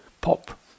Pop